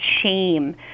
shame